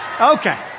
Okay